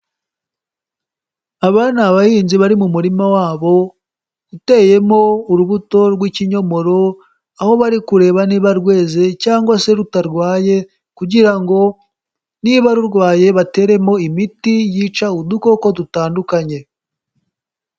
Aba ni abahinzi bari mu murima wabo, uteyemo urubuto rw'ikinyomoro, aho bari kureba niba rweze cyangwa se rutarwaye, kugira ngo ,niba rurwaye bateremo imiti yica udukoko dutandukanye.